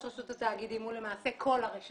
וראש רשות התאגידים הוא למעשה כל הרשמים.